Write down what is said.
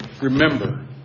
Remember